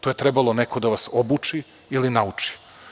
To je trebalo neko da vas obuči ili nauči.